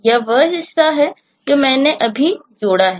यह वह हिस्सा है जो मैंने अभी जोड़ा है